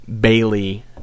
Bailey